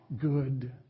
good